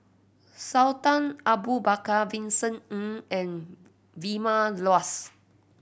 Sultan Abu Bakar Vincent Ng and Vilma Laus